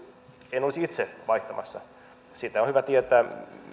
en olisi itse vaihtamassa sitä on hyvä tietää